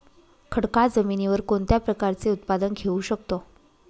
खडकाळ जमिनीवर कोणत्या प्रकारचे उत्पादन घेऊ शकतो?